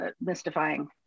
mystifying